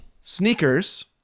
Sneakers